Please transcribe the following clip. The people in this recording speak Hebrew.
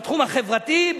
בתחום החברתי,